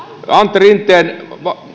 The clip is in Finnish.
antti rinteen